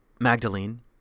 Magdalene